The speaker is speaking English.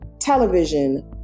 television